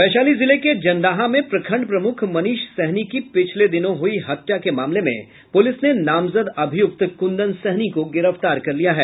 वैशाली जिले के जंदाहा में प्रखंड प्रमुख मनीष सहनी की पिछले दिनों हुई हत्या के मामले में पुलिस ने नामजद अभियुक्त कुंदन सहनी को गिरफ्तार कर लिया है